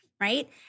right